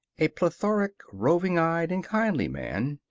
a plethoric, roving-eyed, and kindly man,